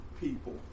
people